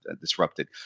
disrupted